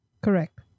correct